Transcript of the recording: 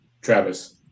Travis